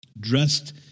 dressed